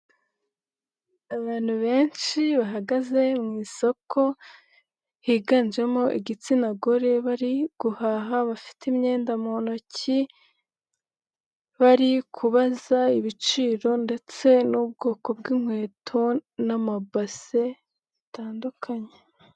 Abantu benshi bahagaze mu isoko higanjemo igitsina gore, bari guhaha bafite imyenda mu ntoki, bari kubaza ibiciro ndetse n'ubwoko bw'inkweto n'amabase bitandukanye.